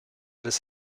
des